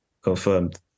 Confirmed